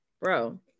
Bro